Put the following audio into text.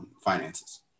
finances